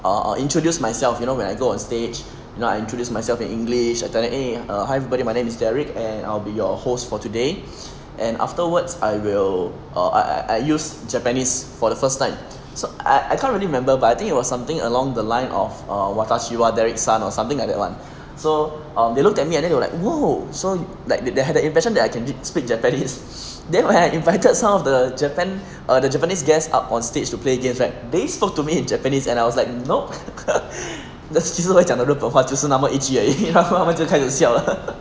err I introduced myself you know when I go onstage you know introduce myself in english I tell them eh hi everybody my name is derek and I'll be your host for today and afterwards I will err I I use japanese for the first time so I can't really remember but I think it was something along the line of err derek or something like that one so um they looked at me and then I'm like !whoa! so like that they had the impression that I can speak japanese then when I invited some of the Japan err the japanese guests up on stage to play games right they spoke to me in japanese and I was like nope 即使我会讲的日本话就是那么一句而已然后他们就开始笑了